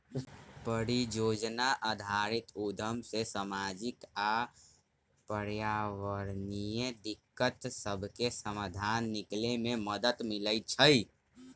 परिजोजना आधारित उद्यम से सामाजिक आऽ पर्यावरणीय दिक्कत सभके समाधान निकले में मदद मिलइ छइ